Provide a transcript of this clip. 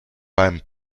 beim